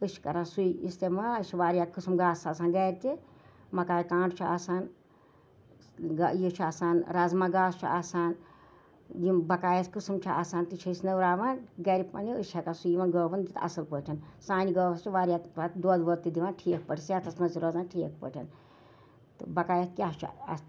تہٕ أسۍ چھِ کَران سُے اِستعمال اَسہِ چھِ واریاہ قٕسم گاسَس آسان گَرِ تہٕ مَکاے کانٹھ چھُ آسان یہِ چھُ آسان رازما گاسہٕ چھُ آسان یِم بَقایا قٕسم چھِ آسان تم چھِ أسۍ لٔوراوان گَرِ پَننہِ أسۍ چھِ سُہ ہیٚکان یِمَن گٲوَن دِتھ اَصل پٲٹھۍ سانہِ گٲوٕ ہسا چھِ واریاہ پَتہٕ دۄد وۄد دِوان ٹھیٖک پٲٹھۍ صحتَس مَنٛز تہِ روزان ٹھیٖک پٲٹھۍ بَقایاتھ کیاہ چھُ اَتھ